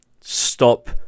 stop